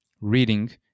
reading